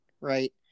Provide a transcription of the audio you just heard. right